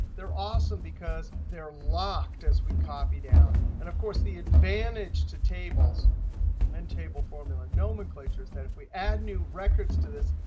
they're awesome because they are locked as we copy down. and, of course, the advantage to tables and table formula nomenclature is that if we add new records to this,